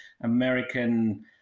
American